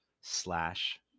slash